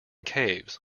caves